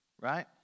Right